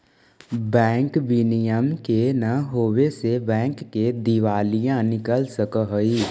bank विनियम के न होवे से बैंक के दिवालिया निकल सकऽ हइ